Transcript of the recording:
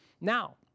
now